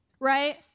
Right